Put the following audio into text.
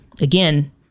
again